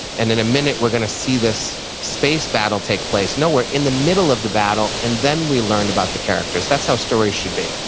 and in a minute we're going to see this space battle take place. no. we're in the middle of the battle, and then we learn about the characters. that's how stories should be.